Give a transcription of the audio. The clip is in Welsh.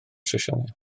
sesiynau